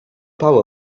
power